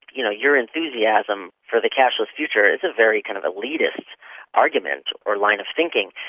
you know your enthusiasm for the cashless future is a very kind of elitist argument or line of thinking.